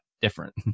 different